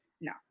no